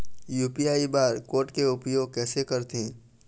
UPI bar code के उपयोग कैसे करथें?